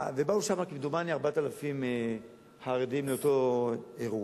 ובאו לשם כמדומני 4,000 חרדים, לאותו אירוע.